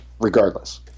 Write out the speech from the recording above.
regardless